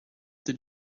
did